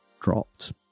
dropped